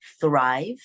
thrive